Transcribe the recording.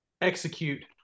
execute